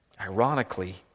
Ironically